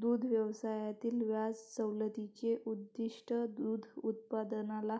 दुग्ध व्यवसायातील व्याज सवलतीचे उद्दीष्ट दूध उत्पादनाला